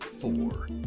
four